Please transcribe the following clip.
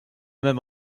même